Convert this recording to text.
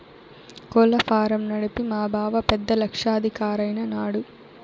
కోళ్ల ఫారం నడిపి మా బావ పెద్ద లక్షాధికారైన నాడు